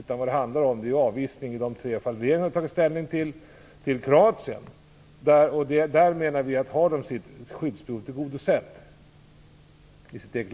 Vad det har handlat om i de tre fall som vi har tagit ställning till är avvisning till Kroatien, till deras eget land, där de kan få sitt skyddsbehov tillgodosett.